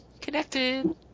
Connected